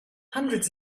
hundreds